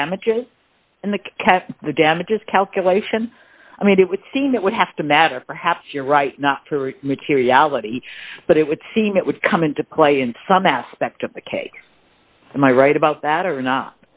damages in the cat the damages calculation i mean it would seem it would have to matter perhaps you're right not for materiality but it would seem it would come into play in some aspect of the case am i right about that or not